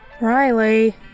Riley